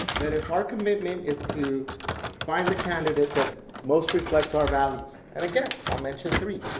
that if our commitment is to find the candidate that most reflects our values, and again, i'll mention three.